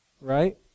Right